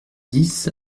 dix